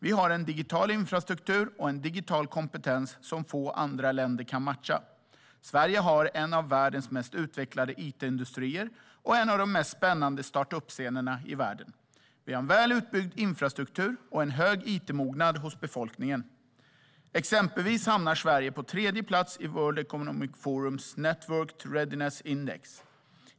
Vi har digital infrastruktur och digital kompetens som få andra länder kan matcha. Sverige har en av världens mest utvecklade it-industrier och en av de mest spännande start-up-scenerna i världen. Vi har väl utbyggd infrastruktur och hög it-mognad hos befolkningen. Exempelvis hamnar Sverige på tredje plats i World Economic Forums Networked Readiness Index.